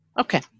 Okay